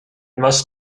must